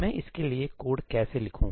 मैं इसके लिए कोड कैसे लिखूं